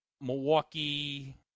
Milwaukee